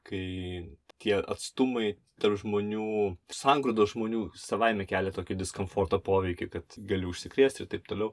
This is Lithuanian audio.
kai tie atstumai tarp žmonių sangrūdos žmonių savaime kelia tokį diskamforto poveikį kad galiu užsikrėst ir taip toliau